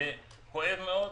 זה כואב מאוד.